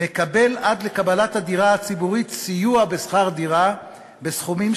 מקבל עד לקבלת הדירה הציבורית סיוע בשכר דירה בסכומים